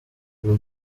bull